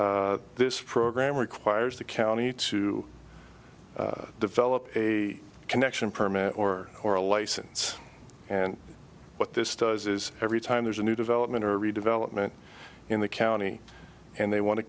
compliance this program requires the county to develop a connection permit or or a license and what this does is every time there's a new development or redevelopment in the county and they want to